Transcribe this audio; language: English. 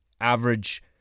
average